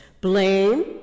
blame